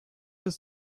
ist